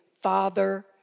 Father